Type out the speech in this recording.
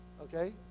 okay